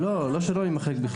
לא שלא יימחק,